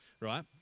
right